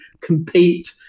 compete